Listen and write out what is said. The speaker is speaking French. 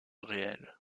réelle